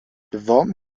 beworben